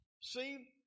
See